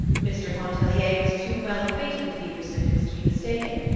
mr. pontellier was too well acquainted with fever symptoms to be mistaken.